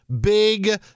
big